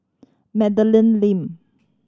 Madeleine Lee